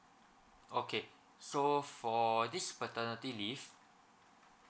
okay so for this paternity leave